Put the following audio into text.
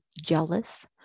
jealous